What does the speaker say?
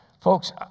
folks